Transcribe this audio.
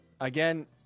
again